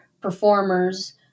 performers